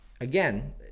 again